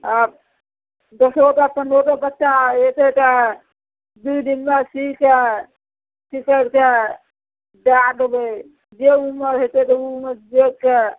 आओर दसो टा पनरहो टा बच्चा अएतै तऽ दुइ दिनमे सीके सी करिके दै देबै जे उमरि हेतै तऽ ओहिमे जोड़िके